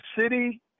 city